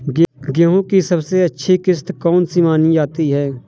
गेहूँ की सबसे अच्छी किश्त कौन सी मानी जाती है?